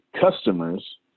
customers